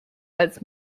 als